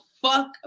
fuck